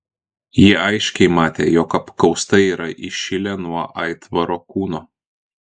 ji aiškiai matė jog apkaustai yra įšilę nuo aitvaro kūno